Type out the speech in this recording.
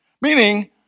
Meaning